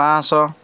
ପାଞ୍ଚ ଶହ